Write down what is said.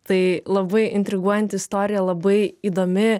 tai labai intriguojanti istorija labai įdomi